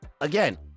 again